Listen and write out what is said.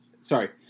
sorry